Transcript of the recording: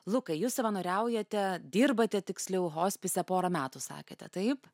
lukai jūs savanoriaujate dirbate tiksliau hospise porą metų sakėte taip